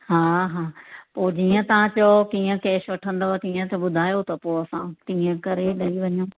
हा हा पोइ जीअं तव्हां चओ कीअं कैश वठंदव तीअं त ॿुधायो त पोइ असां तीअं करे ॾेई वञूं